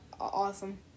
awesome